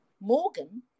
Morgan